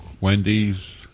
Wendy's